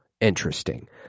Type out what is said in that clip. interesting